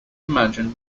imagine